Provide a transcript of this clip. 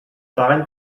darin